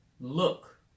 look